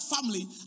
family